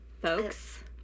folks